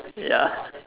ya